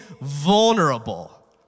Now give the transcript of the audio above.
vulnerable